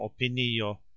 opinio